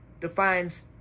defines